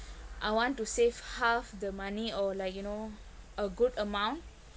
I want to save half the money or like you know a good amount